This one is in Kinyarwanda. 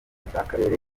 cy’akarere